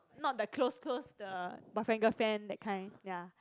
not the close close the boyfriend girlfriend that kind ya